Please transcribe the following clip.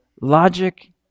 logic